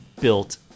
built